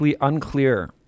unclear